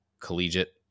collegiate